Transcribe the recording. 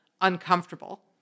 uncomfortable